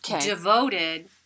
devoted